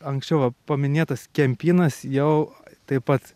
anksčiau va paminėtas kempinas jau taip pat